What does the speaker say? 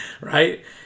Right